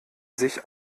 sich